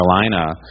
Carolina